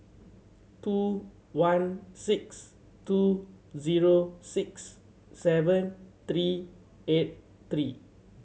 two one six two zero six seven three eight three